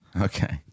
Okay